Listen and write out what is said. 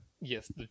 Yes